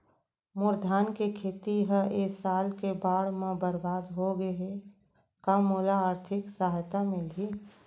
मोर धान के खेती ह ए साल के बाढ़ म बरबाद हो गे हे का मोला आर्थिक सहायता मिलही?